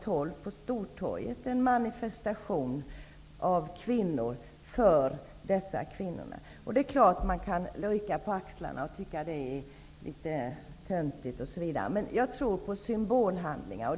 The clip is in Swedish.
12 på Stortorget en kvinnomanifestation för dessa kvinnor. Det är klart att man kan rycka på axlarna och tycka att det är litet töntigt osv., men jag tror på symbolhandlingar.